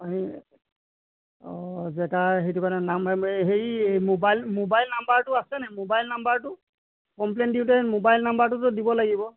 এই অঁ জেগা সেইটো কাৰণে মোবাইল মোবাইল নম্বাৰটো আছে নে মোবাইল নাম্বাৰটো কম্প্লেইন দিওঁতে মোবাইল নাম্বাৰটোতো দিব লাগিব